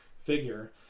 figure